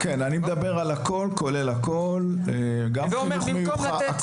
כן, אני מדבר על הכל כולל הכל, גם חינוך מיוחד.